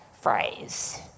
phrase